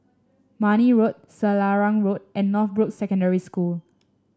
Marne Road Selarang Road and Northbrooks Secondary School